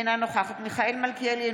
אינה נוכחת מיכאל מלכיאלי,